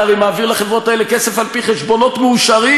אתה הרי מעביר לחברות האלה כסף על-פי חשבונות מאושרים,